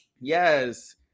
Yes